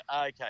okay